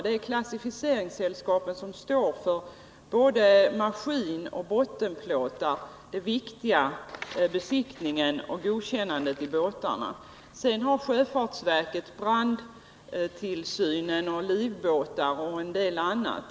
Det är klassificeringssällskapen som står för den viktiga besiktningen och godkännandet av både maskiner och bottenplåtar i båtarna. Sjöfartsverket står för brandtillsyn, kontroll av livbåtar och en del annat.